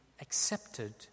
accepted